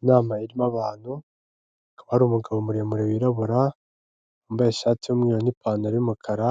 Inama irimo abantu akabari umugabo muremure wirabura wambaye ishati yumweru n'ipantaro yumukara